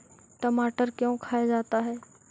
टमाटर क्यों खाया जाता है?